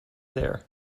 there